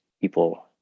people